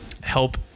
help